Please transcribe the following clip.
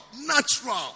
Natural